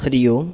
हरियोम्